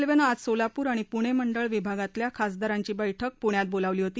मध्य रेल्वेनं आज सोलापूर आणि पूणे मंडळ विभागातल्या खासदारांची बैठक आज पूण्यात बोलावली होती